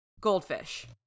goldfish